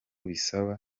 bisaba